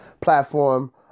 platform